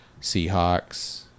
Seahawks